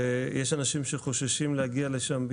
ויש אנשים שחוששים להגיע לשם,